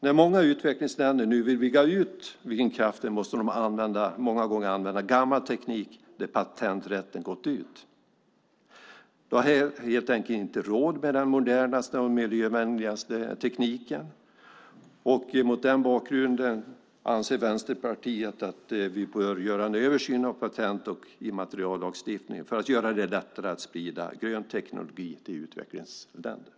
När utvecklingsländer vill bygga ut vindkraften måste de många gånger använda gammal teknik där patenträtten har gått ut. De har helt enkelt inte råd med den modernaste och miljövänligaste tekniken. Mot den bakgrunden anser Vänsterpartiet att vi bör göra en översyn av patent och immateriallagstiftningen för att göra det lättare att sprida grön teknik till utvecklingsländerna.